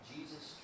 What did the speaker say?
Jesus